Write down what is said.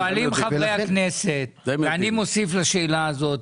שואלים חברי הכנסת ואני מוסיף לשאלה הזאת,